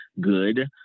good